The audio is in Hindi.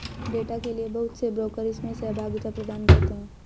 डेटा के लिये बहुत से ब्रोकर इसमें सहभागिता प्रदान करते हैं